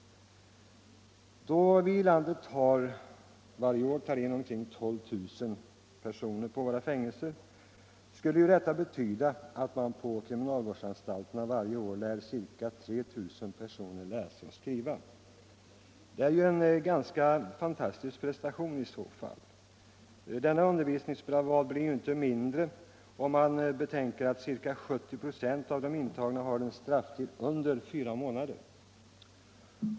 Då vi i landet varje år tar in omkring 12 000 personer på våra fängelser skulle det innebära att man på kriminalvårdsanstalterna varje år lär ca 3 000 personer att läsa och skriva. Det är en ganska fantastisk prestation! Denna undervisningsbravad blir inte mindre anmärkningsvärd om man betänker att ca 70 96 av de intagna har en strafftid som understiger fyra månader.